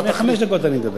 לפני חמש דקות, אני מדבר.